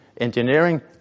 engineering